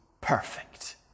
perfect